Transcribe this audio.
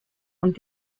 und